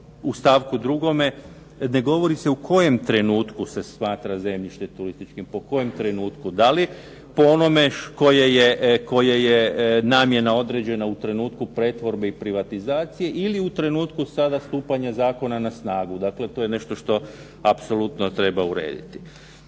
u stavku 2. ne govori se u kojem trenutku se smatra zemljište turističkim po kojem trenutku. Da li po onome kome je namjena određena u trenutku pretvorbe i privatizacije ili u trenutku sada stupanja zakona na snagu? Dakle to je nešto što treba apsolutno urediti.